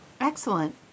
Excellent